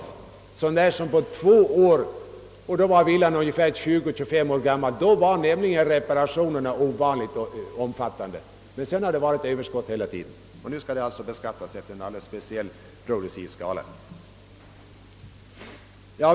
Vid de två tillfällen då detta inte var fallet hade villan blivit 20 å 25 år gammal och reparationerna var under dessa båda år ovanligt omfattande. Nu skall alltså överskottet beskattas efter en alldeles speciell progressiv skala.